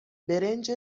برنج